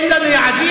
אין לנו יעדים,